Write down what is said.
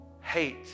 hate